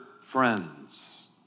friends